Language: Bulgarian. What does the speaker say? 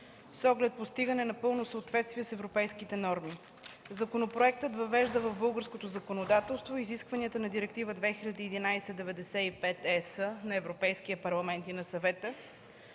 с оглед постигане на пълно съответствие с европейските норми. Законопроектът въвежда в българското законодателство изискванията на Директива 2011/95/ЕС на Европейския парламент и на Съвета